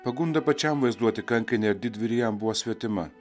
pagunda pačiam vaizduoti kankinį ar didvyrį jam buvo svetima